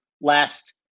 last